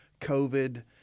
COVID